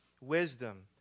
wisdom